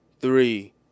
three